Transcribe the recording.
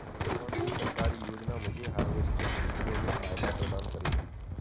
कौन सी सरकारी योजना मुझे हार्वेस्टर ख़रीदने में सहायता प्रदान करेगी?